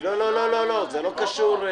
אני רוצה להגיד ולקבוע: